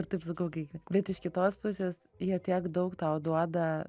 ir taip sakau bet iš kitos pusės jie tiek daug tau duoda